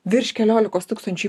virš keliolikos tūkstančių